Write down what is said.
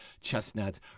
chestnuts